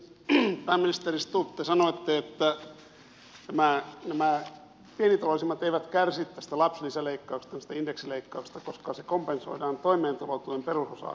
pääministeri stubb te sanoitte että nämä pienituloisimmat eivät kärsi tästä lapsilisäleikkauksesta tästä indeksileikkauksesta koska se kompensoidaan toimeentulotuen perusosaa korottamalla